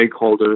stakeholders